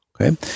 Okay